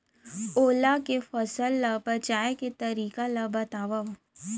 ओला ले फसल ला बचाए के तरीका ला बतावव?